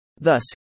Thus